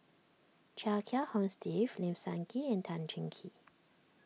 Chia Kiah Hong Steve Lim Sun Gee and Tan Cheng Kee